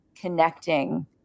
connecting